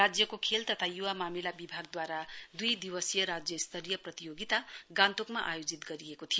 राज्यको खेल तथा युवा मामिला विभागदवारा दुई दिवसीय राज्य स्तरीय प्रतियोगिता गान्तोकमा आजोजित गरिएको थियो